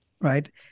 Right